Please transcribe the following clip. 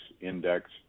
index